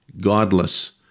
godless